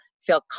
feel